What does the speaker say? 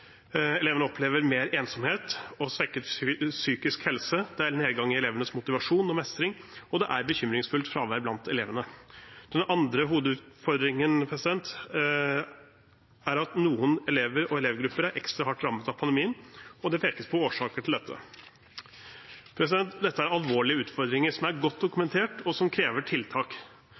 Elevene opplever mer ensomhet og svekket psykisk helse, det er nedgang i elevenes motivasjon og mestring, og det er bekymringsfullt fravær blant elevene. Den andre hovedutfordringen er at noen elever og elevgrupper er ekstra hardt rammet av pandemien, og det pekes på årsaker til dette. Dette er alvorlige utfordringer som er godt dokumentert, og som krever tiltak.